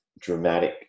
dramatic